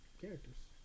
characters